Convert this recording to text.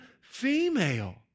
female